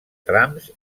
trams